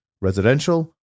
residential